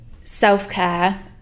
self-care